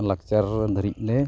ᱞᱟᱠᱪᱟᱨ ᱫᱷᱟᱹᱨᱤᱡ ᱞᱮ